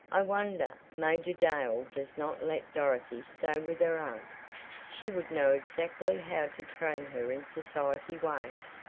i wonder major dale does not let dorothy stay with her aunt she would know exactly how to train her in society ways,